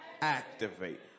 Activate